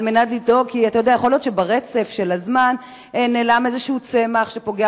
כי יכול להיות שברצף של הזמן נעלם איזה צמח שפוגע